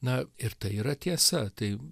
na ir tai yra tiesa tai